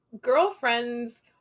Girlfriends